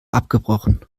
abgebrochen